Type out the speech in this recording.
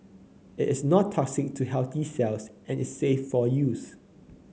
it is not toxic to healthy cells and is safe for use